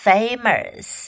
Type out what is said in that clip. Famous